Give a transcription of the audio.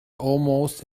almost